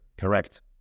correct